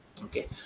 Okay